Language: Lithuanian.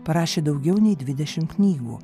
parašė daugiau nei dvidešim knygų